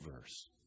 verse